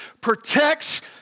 protects